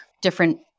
different